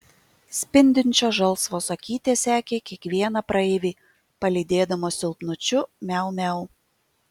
spindinčios žalsvos akytės sekė kiekvieną praeivį palydėdamos silpnučiu miau miau